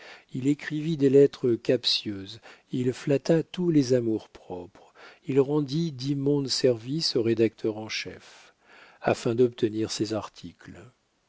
il écrivit des lettres captieuses il flatta tous les amours-propres il rendit d'immondes services aux rédacteurs en chef afin d'obtenir ses articles